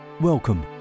Welcome